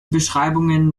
beschreibungen